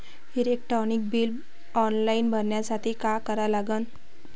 Electric bill online भरासाठी का करा लागन?